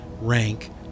rank